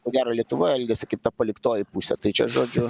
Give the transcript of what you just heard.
ko gero lietuva elgiasi kaip ta paliktoji pusė tai čia žodžiu